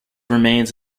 remains